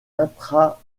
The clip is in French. intra